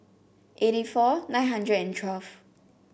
eighty four nine hundred and twelve